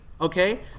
okay